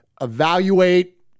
evaluate